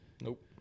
Nope